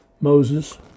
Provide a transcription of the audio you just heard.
Moses